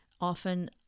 often